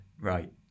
right